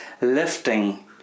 lifting